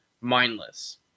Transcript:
mindless